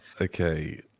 Okay